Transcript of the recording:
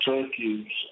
Turkey's